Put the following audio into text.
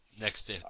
next